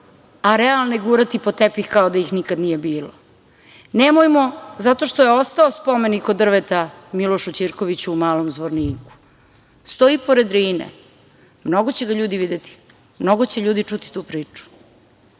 a realne gurati pod tepih kao da ih nikad nije bilo. Nemojmo, zato što je ostao spomenik od drveta Milošu Ćirkoviću u Malom Zvorniku, stoji pored Drine, mnogo će ga ljudi videti, mnogo će ljudi čuti tu priču.